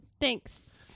Thanks